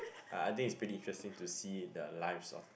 uh I think it's pretty interesting to see the lives of